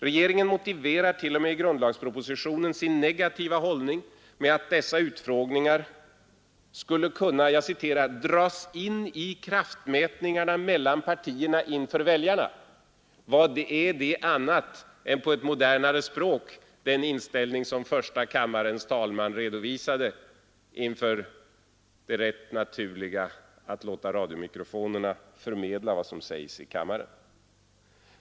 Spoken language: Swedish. Regeringen motiverar t.o.m. i grundlagspropositionen sin negativa hållning med att dessa utfrågningar skulle kunna ”dras in i kraftmätningarna mellan partierna inför väljarna”. Vad är det annat än på ett modernare språk den inställning som första kammarens talman redovisade inför det rätt naturliga att låta radiomikrofonerna förmedla vad som sägs i kammaren.